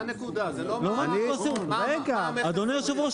אדוני היושב-ראש,